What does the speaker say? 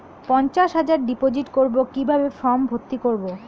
পঞ্চাশ হাজার ডিপোজিট করবো কিভাবে ফর্ম ভর্তি করবো?